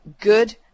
good